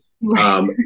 Right